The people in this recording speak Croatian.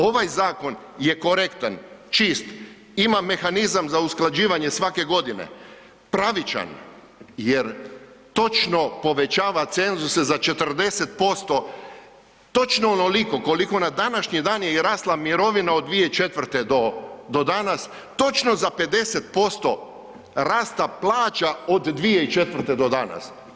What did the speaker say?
Ovaj zakon je korektan, čist, ima mehanizam za usklađivanje svake godine, pravičan, jer točno povećava cenzuse za 40%, točno onoliko koliko na današnji dan je i rasla mirovina od 2004. do danas, točno za 50% rasta plaća od 2004. do danas.